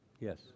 Yes